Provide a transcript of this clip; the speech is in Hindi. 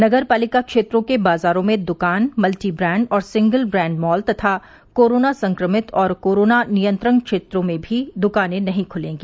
नगर पालिका क्षेत्रों के बाजारों में दुकान मल्टीब्रैंड और सिंगल ब्रैंड मॉल तथा कोरोना संक्रमित और कोरोना नियंत्रण क्षेत्रों में भी दुकानें नहीं खुलेंगी